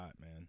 man